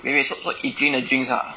wait wait so so he drink the drinks ah